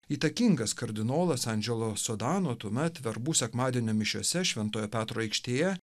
įtakingas kardinolas angelo sodano tuomet verbų sekmadienio mišiose šventojo petro aikštėje